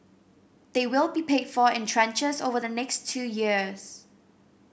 they will be paid for in tranches over the next two years